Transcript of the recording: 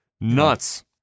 nuts